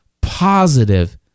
positive